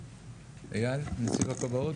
אייל, נציב הכבאות.